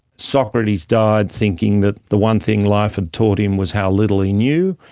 socrates died thinking that the one thing life had taught him was how little he knew,